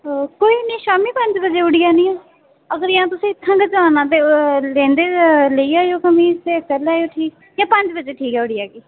ओ कोई निं शामीं पंज बजे उठी औन्नी आं अगर जां तुसें इत्थूं गै जाना ते लैंदे लेई जाएओ कमीज ते करी लैएओ ठीक निं पंज बजे ठीक ऐ उठी आह्गी